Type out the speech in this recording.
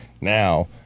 now